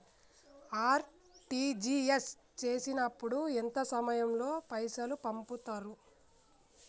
RTGS చేసినప్పుడు ఎంత సమయం లో పైసలు పంపుతరు?